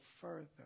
further